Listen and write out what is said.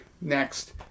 next